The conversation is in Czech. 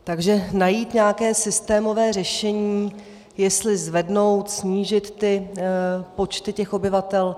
Takže najít nějaké systémové řešení, jestli zvednout, snížit počty těch obyvatel.